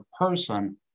person